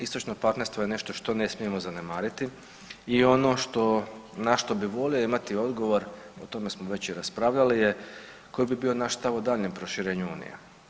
Istočno partnerstvo je nešto što ne smijemo zanemariti i ono što, na što bi volio imati odgovor, o tome smo već i raspravljali je koji bi bio naš stav o daljnjem proširenju unije.